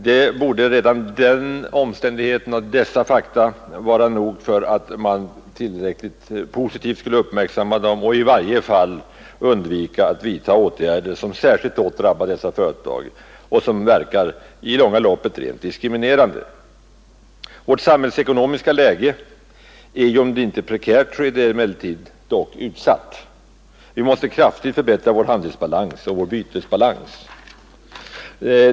Dessa fakta borde vara nog för att man tillräckligt positivt skulle uppmärksamma dessa företag och i varje fall undvika att vidta åtgärder som särskilt hårt drabbar dem och som i det långa loppet verkar rent diskriminerande. Vårt samhällsekonomiska läge är om inte prekärt så dock utsatt. Vi måste kraftigt förbättra vår handelsbalans och vår bytesbalans.